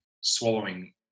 swallowing